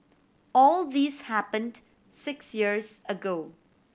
all this happened six years ago